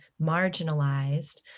marginalized